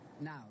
Now